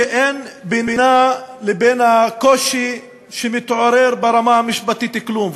שאין בינה לבין הקושי שמתעורר ברמה המשפטית כלום.